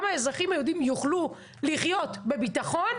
האזרחים היהודים יוכלו לחיות בביטחון,